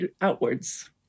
outwards